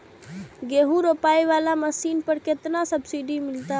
गेहूं रोपाई वाला मशीन पर केतना सब्सिडी मिलते?